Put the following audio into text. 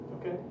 Okay